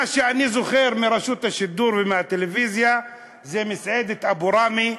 מה שאני זוכר מרשות השידור ומהטלוויזיה זה "מסעדת אבו ראמי",